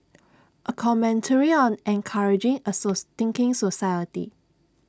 A commentary on encouraging A so thinking society